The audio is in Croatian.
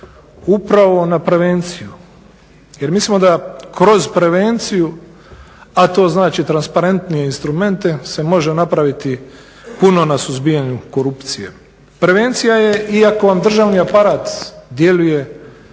upravo na prevenciju. Jer mislimo da kroz prevenciju a to znači transparentnije instrumente se može napraviti puno na suzbijanju korupcije. Prevencija je iako vam državni aparat djeluje